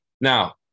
Now